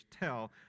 tell